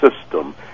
system